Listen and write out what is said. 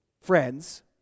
friends